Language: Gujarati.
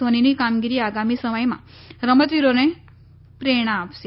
ધોનીની કામગીરી આગામી સમયમાં રમતવીરોને પ્રેરણા આપશે